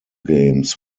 games